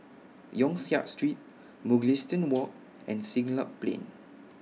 Yong Siak Street Mugliston Walk and Siglap Plain